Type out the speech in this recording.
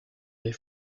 des